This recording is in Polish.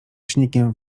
śniegiem